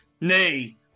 Nay